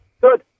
Good